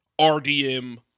RDM